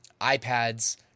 iPads